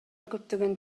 көптөгөн